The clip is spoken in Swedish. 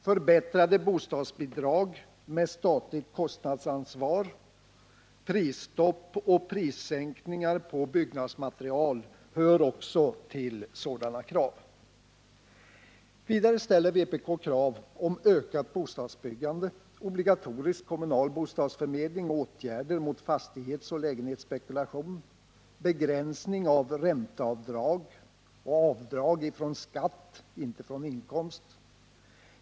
Förbättrade bostadsbidrag med helt statligt kostnadsansvar, prisstopp och prissänkningar på byggnadsmaterial hör också till sådana krav. Vidare ställer vpk krav på ökat bostadsbyggande, obligatorisk kommunal bostadsförmedling, åtgärder mot fastighetsoch lägenhetsspekulation, begränsning av ränteavdrag och avdrag från skatt — inte från inkomst.